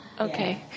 Okay